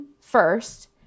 first